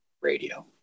radio